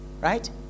Right